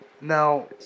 Now